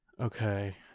okay